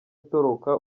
atoroka